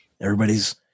everybody's